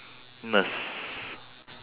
nurse